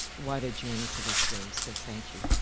what a journey to this day. so, thank you.